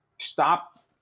stop